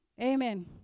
Amen